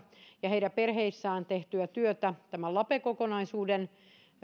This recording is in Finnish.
ja heidän perheissään tehtyä työtä tämän lape kokonaisuuden